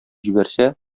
җибәрсә